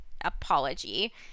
apology